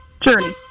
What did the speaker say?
Journey